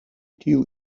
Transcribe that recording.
tiu